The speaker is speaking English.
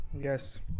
yes